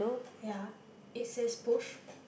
ya it says push